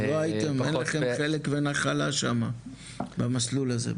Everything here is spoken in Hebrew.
אז אין לכם חלק ונחלה שם במסלול הזה.